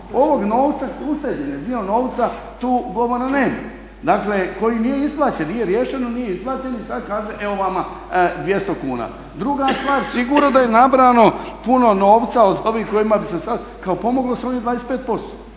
ovog novca, ušteđen je dio novca, tu … nema, dakle koji nije isplaćen, nije riješeno, nije isplaćen i sad kaže evo vama 200 kuna. Druga stvar, sigurno da je nabrano puno novca od ovih kojima bi se sad kao pomoglo s ovih 25%.